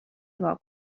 نگاه